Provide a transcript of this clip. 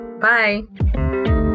bye